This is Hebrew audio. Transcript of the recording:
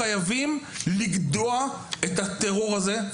חייבים לגדוע את הטרור הזה,